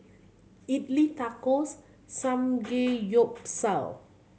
Idili Tacos Samgeyopsal